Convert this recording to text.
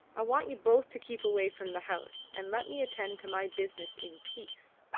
i want you both to keep away from the house, and let me attend to my business in peace.